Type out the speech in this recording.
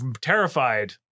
terrified